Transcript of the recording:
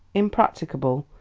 impracticable,